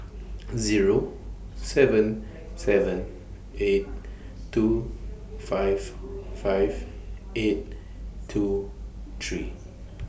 Zero seven seven eight two five five eight two three